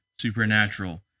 supernatural